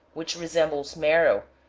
which resembles marrow,